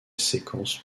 séquence